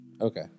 Okay